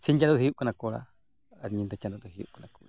ᱥᱤᱧ ᱪᱟᱸᱫᱳ ᱫᱚᱭ ᱦᱩᱭᱩᱜ ᱠᱟᱱᱟ ᱠᱚᱲᱟ ᱟᱨ ᱧᱤᱫᱟᱹ ᱪᱟᱸᱫᱳ ᱫᱚᱭ ᱦᱩᱭᱩᱜ ᱠᱟᱱᱟ ᱠᱩᱲᱤ